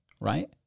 right